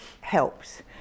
helps